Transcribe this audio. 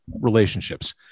relationships